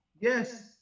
yes